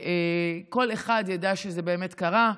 שכל אחד ידע שזה באמת קרה,